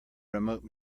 remote